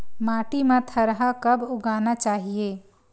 माटी मा थरहा कब उगाना चाहिए?